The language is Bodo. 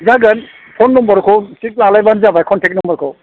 जागोन फन नम्बरखौ थिक लालाइबानो जाबाय कन्तेक नम्बरखौ